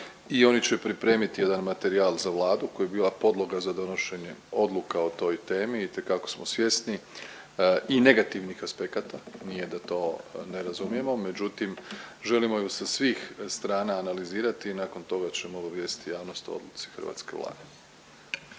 i oni će pripremiti jedan materijal za Vladu koji je bila podloga za donošenje odluka o toj temi. Itekako smo svjesni i negativnih aspekata, nije da to ne razumijemo međutim želimo ju sa svih strana analizirati i nakon toga ćemo obavijestiti javnost o odluci hrvatske Vlade.